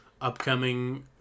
upcoming